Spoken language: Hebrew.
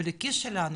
לכיס שלנו,